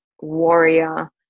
warrior